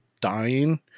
...dying